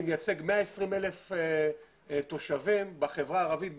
אני מייצג 120,000 תושבים בחברה הערבית,